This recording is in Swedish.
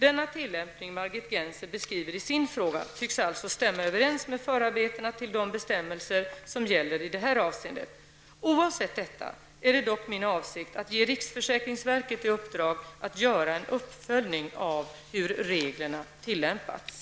Den tillämpning Margit Gennser beskriver i sin fråga tycks alltså stämma överens med förarbetena till de bestämmelser som gäller i det här avseendet. Oavsett detta är det dock min avsikt att ge riksförsäkringsverket i uppdrag att göra en uppföljning av hur reglerna tillämpats.